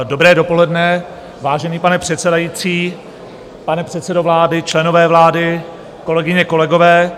Dobré dopoledne, vážený pane předsedající, pane předsedo vlády, členové vlády, kolegyně, kolegové.